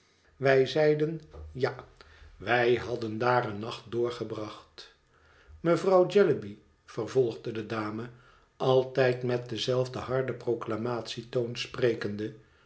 wij zeiden ja wij hadden daar een nacht doorgebracht mevrouw jellyby vervolgde de dame altijd met denzelfden harden proclamatietoon sprekende